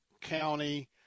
County